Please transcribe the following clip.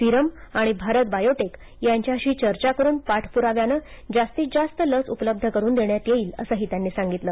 serum आणि भारत बायोटेक यांच्याशी चर्चा करून पाठपुराव्यानं जास्तील जास्त लस उपलब्ध करून देण्यात येईल असंही त्यांनी सांगितलं